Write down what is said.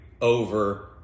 over